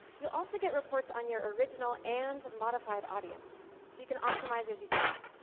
you'll also get reports on your original and modified audience so you can optimize as you go.